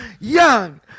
Young